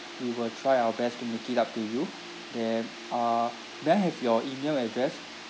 we will try our best to make it up to you then uh may I have your email address